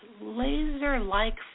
laser-like